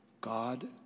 God